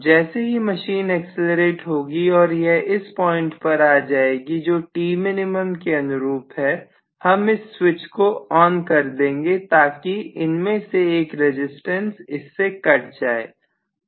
जैसे ही machine accelerate होगी और यह इस पॉइंट पर आ जाएगी जो Tmin के अनुरूप है हम इस स्विच को ON कर देंगे ताकि इनमें से एक रजिस्टेंस इससे कट जाए